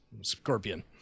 Scorpion